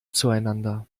zueinander